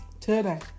Today